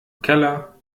keller